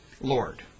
Lord